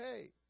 Hey